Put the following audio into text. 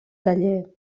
taller